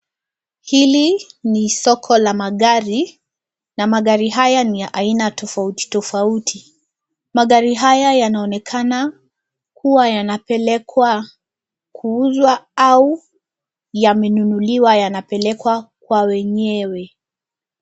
Hili ni soko la magari na magari haya ni ya aina tofauti tofauti. Magari haya yanaonekana kuwa yanapelekwa kuuzwa au yamenunuliwa yanapelekwa kwa wenyewe.